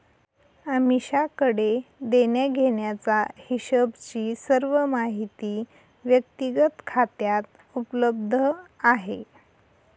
अमीषाकडे देण्याघेण्याचा हिशोबची सर्व माहिती व्यक्तिगत खात्यात उपलब्ध आहे